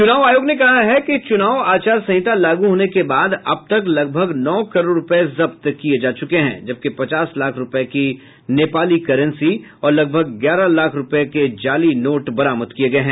चुनाव आयोग ने कहा है कि चुनाव आचार संहिता लागू होने के बाद अब तक लगभग नौ करोड़ रूपये जब्त किये जा चुके है जबकि पचास लाख रूपये की नेपाली कैरेंसी और लगभग ग्यारह लाख रूपये जाली नोट बरामद किये गये हैं